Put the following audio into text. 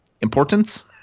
importance